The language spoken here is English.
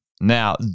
Now